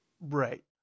right